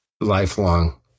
lifelong